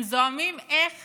הם זועמים, איך